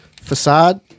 Facade